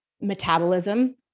metabolism